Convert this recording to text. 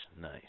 nice